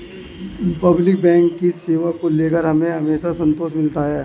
public bank की सेवा को लेकर हमें हमेशा संतोष मिलता है